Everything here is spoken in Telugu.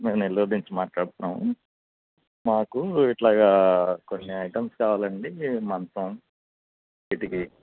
మేము నెల్లూరు నుంచి మాట్లాడుతున్నాము మాకు ఇట్లాగా కొన్ని ఐటమ్స్ కావాలండి మంచం కిటికీ